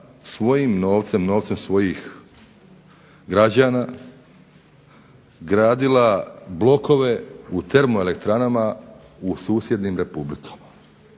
svojim novcem, novcem svojih građana, gradila blokove u termoelektranama u susjednim republikama.